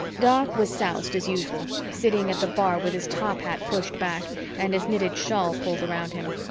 doc was soused as usual, sitting at the bar with his top hat pushed back and his knitted shawl pulled around him,